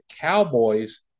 Cowboys